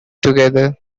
together